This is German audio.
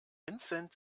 vincent